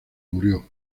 murió